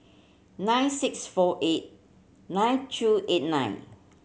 nine six four eight nine two eight nine